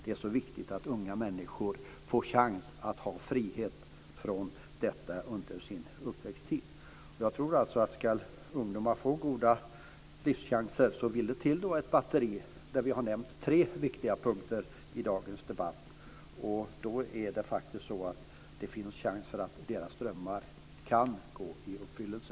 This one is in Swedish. Det är så viktigt att unga människor får chansen att ha frihet från detta under sin uppväxttid. Jag tror alltså att ska ungdomar få goda livschanser vill det till ett batteri av åtgärder, där vi har nämnt tre viktiga punkter i dagens debatt. Då finns det faktiskt en chans att deras drömmar kan gå i uppfyllelse.